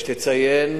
יש לציין